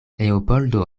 leopoldo